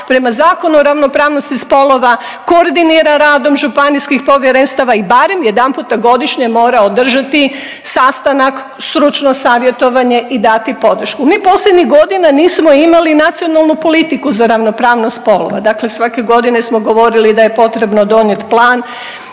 prema Zakonu o ravnopravnosti spolova koordinira radom županijskih povjerenstava i barem jedan puta godišnje mora održati sastanak, stručno savjetovanje i dati podršku. Mi posljednjih godina nismo imali nacionalnu politiku za ravnopravnost spolova. Dakle, svake godine smo govorili da je potrebno donijeti plan,